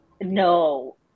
no –